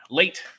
late